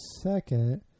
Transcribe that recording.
second